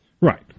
Right